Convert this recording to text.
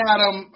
Adam